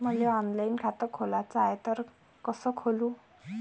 मले ऑनलाईन खातं खोलाचं हाय तर कस खोलू?